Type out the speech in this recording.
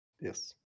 yes